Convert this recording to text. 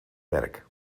werk